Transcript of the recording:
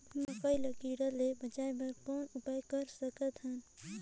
मकई ल कीड़ा ले बचाय बर कौन उपाय कर सकत हन?